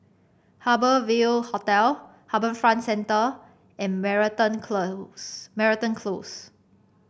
Harbour Ville Hotel HarbourFront Centre and Moreton Close Moreton Close